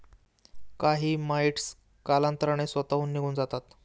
काही माइटस कालांतराने स्वतःहून निघून जातात